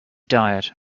diet